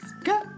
Go